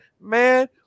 man